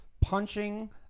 punching